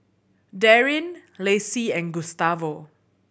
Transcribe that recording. Darrin Lacie and Gustavo